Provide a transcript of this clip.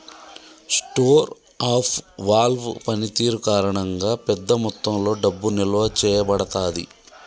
store of value పనితీరు కారణంగా, పెద్ద మొత్తంలో డబ్బు నిల్వ చేయబడతాది